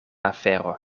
afero